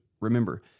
remember